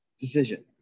Decision